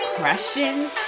questions